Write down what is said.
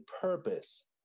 purpose